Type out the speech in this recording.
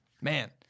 man